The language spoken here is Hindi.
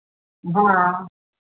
हाँ